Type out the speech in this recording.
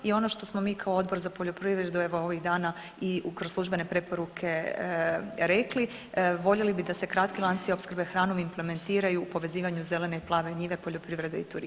I ono što smo mi kao Odbor za poljoprivredu, evo ovih dana i kroz službene preporuke rekli voljeli bi da se kratki lanci opskrbe hranom implementiraju u povezivanju zelene i plave njive poljoprivrede i turizma.